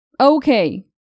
Okay